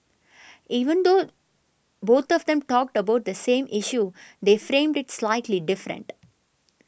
even though both of them talked about the same issue they framed it slightly different